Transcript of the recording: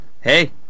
Hey